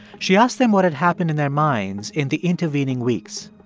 she asked them what had happened in their minds in the intervening weeks.